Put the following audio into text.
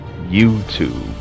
YouTube